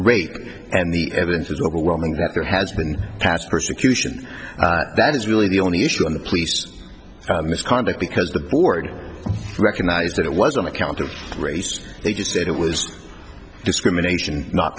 rape and the evidence is overwhelming that there has been past persecution that is really the only issue on the police misconduct because the board recognized that it was on account of race they just said it was discrimination not